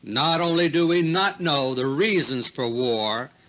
not only do we not know the reasons for war,